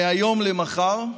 מהיום למחר,